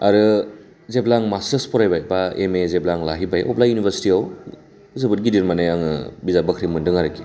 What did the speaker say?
आरो जेब्ला आं मास्टार्स फरायबाय बा एम ए जेब्ला आं लाहैबाय अब्ला इयुनिभार्सिटियाव जोबोर गिदिर माने आङो बिजाब बाख्रि मोनदों आरोखि